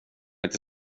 inte